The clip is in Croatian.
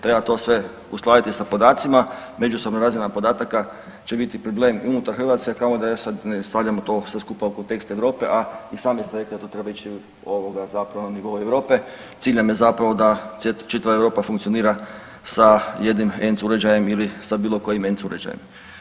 Treba to sve uskladiti sa podacima, međusobno razmjena podataka će biti problem unutar Hrvatske kao da evo sad stavljamo to sve skupa u kontekst Europe, a i sami ste rekli da to treba ići ovoga zapravo na nivou Europe, cilj nam je zapravo da čitava Europa funkcionira sa jednim ENC uređajem ili sa bilo kojim ENC uređajem.